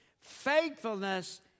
faithfulness